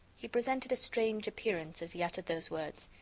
he presented a strange appearance as he uttered these words.